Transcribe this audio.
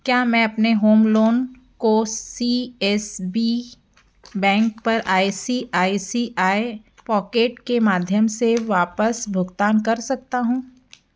क्या मैं अपने होम लोन को सी एस बी बैंक पर I C I C I pockets के माध्यम से वापस भुगतान कर सकता हूँ